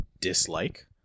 dislike